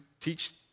teach